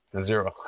zero